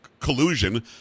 collusion